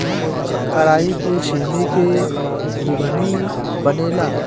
कराई के छीमी के घुघनी बनेला